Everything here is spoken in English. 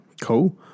Cool